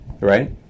Right